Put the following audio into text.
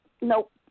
nope